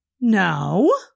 No